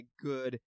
good